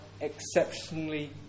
exceptionally